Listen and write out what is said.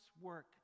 work